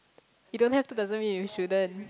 you don't have to doesn't mean you shouldn't